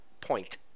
point